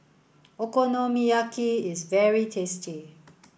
Okonomiyaki is very tasty